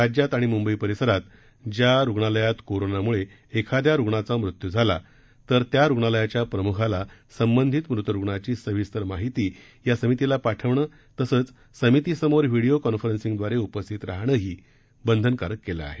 राज्यात आणि मुंबई परिसरात ज्या रुग्णालयात कोरोनामुळे एखाद्या रुग्णाचा मृत्यू झाला तर त्या रुग्णालयाच्या प्रमुखाला संबधित मृत रुग्णाची सविस्तर माहिती या समितीला पाठवणं तसंच समितीसमोर व्हीडीओ कॉन्फरन्सिंगद्वारे उपस्थित राहणं देखील बंधनकारक करण्यात आलं आहे